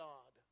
God